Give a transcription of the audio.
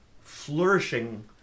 flourishing